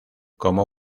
como